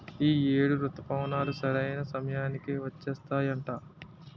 ఈ ఏడు రుతుపవనాలు సరైన సమయానికి వచ్చేత్తాయట